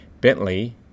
Bentley